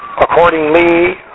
accordingly